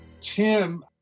Tim